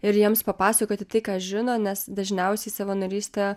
ir jiems papasakoti tai ką žino nes dažniausiai savanorystė